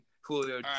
Julio